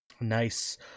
Nice